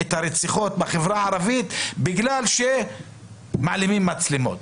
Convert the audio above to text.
את הרציחות בחברה הערבית בגלל שמעלימים מצלמות.